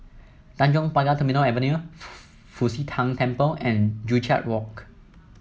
Tanjong Pagar Terminal Avenue Fu Xi Tang Temple and Joo Chiat Walk